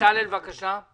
בצלאל סמוטריץ', בבקשה.